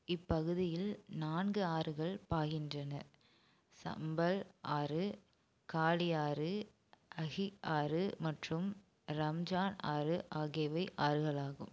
இப்பகுதியில் நான்கு ஆறுகள் பாய்கின்றன சம்பல் ஆறு காளி ஆறு அஹி ஆறு மற்றும் ரம்ஜான் ஆறு ஆகியவை ஆறுகளாகும்